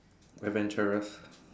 adventurous